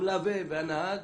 המלווה והנהג,